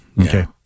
Okay